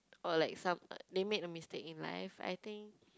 or like some they make a mistake in life I think